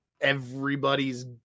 Everybody's